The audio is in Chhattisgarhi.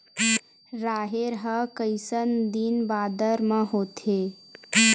राहेर ह कइसन दिन बादर म होथे?